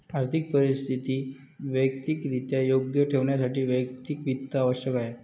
आर्थिक परिस्थिती वैयक्तिकरित्या योग्य ठेवण्यासाठी वैयक्तिक वित्त आवश्यक आहे